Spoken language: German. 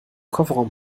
kofferraum